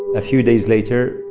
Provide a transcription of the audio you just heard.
a few days later,